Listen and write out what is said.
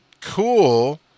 cool